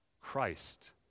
Christ